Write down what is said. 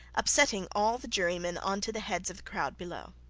upsetting all the jurymen on to the heads of the crowd below,